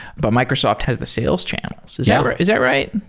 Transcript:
but microsoft has the sales channels. is yeah is that right?